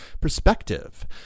perspective